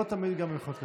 לא תמיד גם במחיאות כפיים.